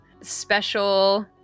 special